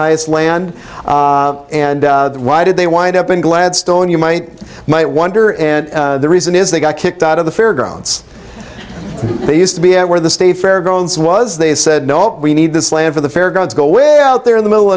highest land and why did they wind up in gladstone you might might wonder and the reason is they got kicked out of the fairgrounds they used to be at where the state fairgrounds was they said no we need this land for the fairgrounds go way out there in the middle